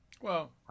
Well-